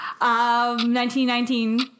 1919